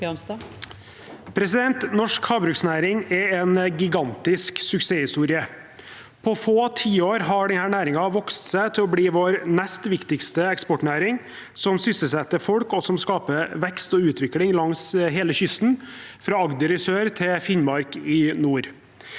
Norsk hav- bruksnæring er en gigantisk suksesshistorie. På få tiår har denne næringen vokst seg til å bli vår nest viktigste eksportnæring, som sysselsetter folk, og som skaper vekst og utvikling langs hele kysten, fra Agder i sør til Finnmark i nord.